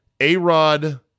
A-Rod